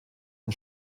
und